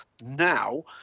now